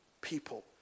people